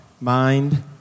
Mind